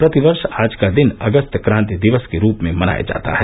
प्रतिवर्ष आज का दिन अगस्त क्रांति दिवस के रूप में मनाया जाता है